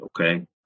Okay